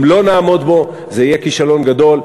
אם לא נעמוד בו, זה יהיה כישלון גדול.